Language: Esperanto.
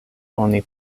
oni